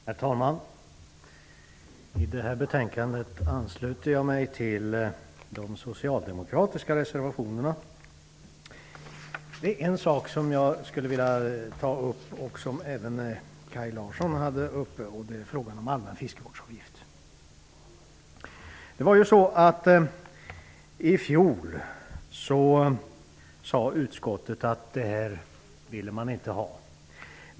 Herr talman! Till detta betänkande ansluter jag mig till de socialdemokratiska reservationerna. Det är en sak som jag skulle vilja ta upp, och som även Kaj I fjol sade utskottet att man inte vill ha en sådan.